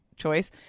choice